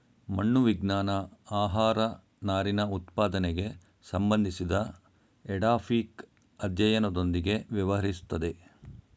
ಮಣ್ಣು ವಿಜ್ಞಾನ ಆಹಾರನಾರಿನಉತ್ಪಾದನೆಗೆ ಸಂಬಂಧಿಸಿದಎಡಾಫಿಕ್ಅಧ್ಯಯನದೊಂದಿಗೆ ವ್ಯವಹರಿಸ್ತದೆ